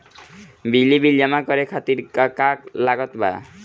बिजली बिल जमा करे खातिर का का लागत बा?